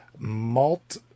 Malt